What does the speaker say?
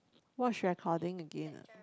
watch recording again ah